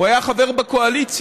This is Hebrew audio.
הוא היה חבר בקואליציה.